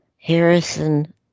Harrison